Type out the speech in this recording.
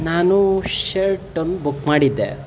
ನಾನು ಶರ್ಟ್ ಒಂದು ಬುಕ್ ಮಾಡಿದ್ದೆ